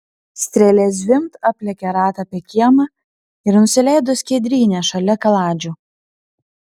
strėlė zvimbt aplėkė ratą apie kiemą ir nusileido skiedryne šalia kaladžių